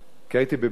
כי הייתי בבניין.